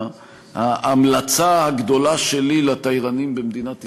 ההמלצה הגדולה שלי לתיירנים במדינת ישראל,